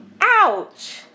Ouch